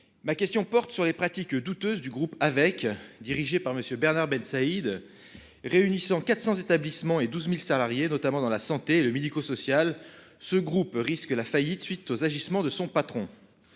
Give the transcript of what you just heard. Ma question porte sur les pratiques douteuses du groupe avec dirigé par Monsieur Bernard Bensaïd. Réunissant 400 établissements et 12.000 salariés, notamment dans la santé, le médico-social. Ce groupe risque la faillite suite aux agissements de son patron.